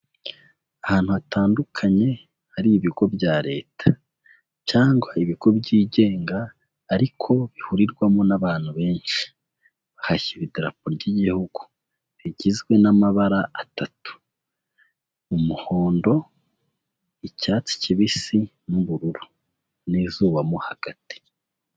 Ahantu hatandukanye hari ibigo bya Leta cyangwa ibigo byigenga ariko bihurirwamo n'abantu benshi, bahashyira Idarapo ry'Igihugu rigizwe n'amabara atatu umuhondo, icyatsi kibisi n'ubururu n'izuba mo hagati.